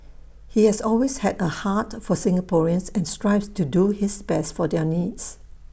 he has always had A heart for Singaporeans and strives to do his best for their needs